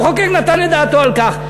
המחוקק נתן את דעתו על כך.